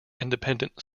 independent